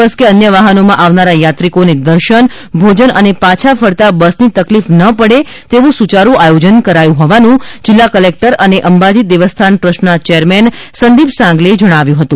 બસ કે અન્ય વાહનોમાં આવનારા યાત્રિકોને દર્શન ભોજન અને પાછા ફરતાં બસની તકલીફ ના પડે એવું સુચારુ આયોજન કરાયું હોવાનું જીલ્લા કલેક્ટર અને અંબાજી દેવસ્થાન ટ્રસ્ટનાં ચેરમેન સંદીપ સાંગલેએ જણાવ્યું હતું